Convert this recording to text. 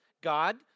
God